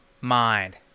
mind